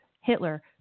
Hitler